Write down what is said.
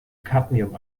cadmium